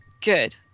Good